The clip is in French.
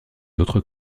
autres